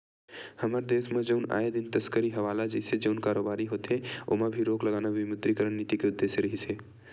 हमर देस म जउन आए दिन तस्करी हवाला जइसे जउन कारोबारी होथे ओमा भी रोक लगाना विमुद्रीकरन नीति के उद्देश्य रिहिस हे